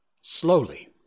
Slowly